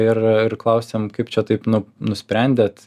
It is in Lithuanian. ir ir klausėm kaip čia taip nu nusprendėt